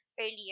earlier